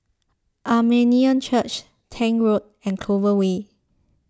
Armenian Church Tank Road and Clover Way